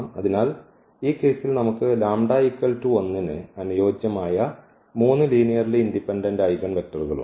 അതിനാൽ ഈ കേസിൽ നമുക്ക് ന് അനുയോജ്യമായ മൂന്ന് ലീനിയർലി ഇൻഡിപെൻഡന്റ് ഐഗൻവെക്റ്ററുകൾ ഉണ്ട്